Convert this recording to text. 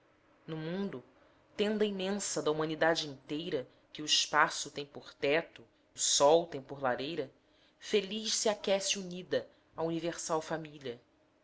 no mundo tenda imensa da humanidade inteira que o espaço tem por teto o sol tem por lareira feliz se aquece unida a universal família